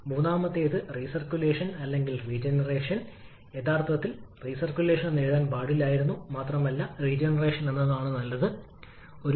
അതിനാൽ നിങ്ങളുടെ വല വർക്ക് ഔട്ട്പുട്ട് ഇതിന് തുല്യമായിരിക്കും ഇത് തീർച്ചയായും നെറ്റ് വർക്ക് ഇൻപുട്ട് ആവശ്യകതയിൽ വർദ്ധനവ് നൽകുന്നു